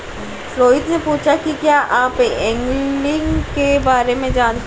रोहित ने पूछा कि क्या आप एंगलिंग के बारे में जानते हैं?